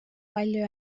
palju